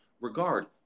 regard